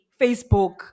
Facebook